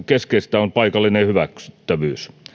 keskeistä on paikallinen hyväksyttävyys